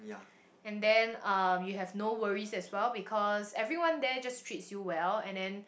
and then uh you have no worries as well because everyone there just treats you well and then